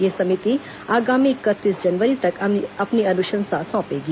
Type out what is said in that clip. यह समिति आगामी इकतीस जनवरी तक अपनी अनुशंसा सौंपेगी